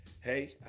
Hey